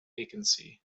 vacancy